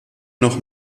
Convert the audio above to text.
noch